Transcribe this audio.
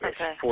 Okay